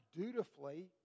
dutifully